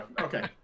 okay